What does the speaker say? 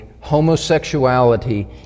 homosexuality